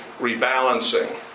rebalancing